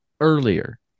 earlier